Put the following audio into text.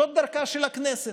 זאת דרכה של הכנסת.